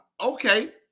Okay